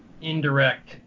indirect